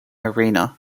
arena